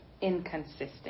inconsistent